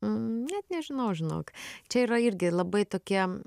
net nežinau žinok čia yra irgi labai tokie